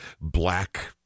black